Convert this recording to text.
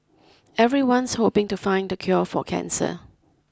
everyone's hoping to find the cure for cancer